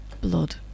Blood